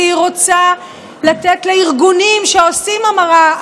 והיא רוצה לתת לארגונים שעושים המרה,